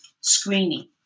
screening